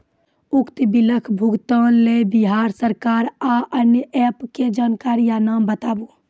उक्त बिलक भुगतानक लेल बिहार सरकारक आअन्य एप के जानकारी या नाम बताऊ?